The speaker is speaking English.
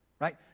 right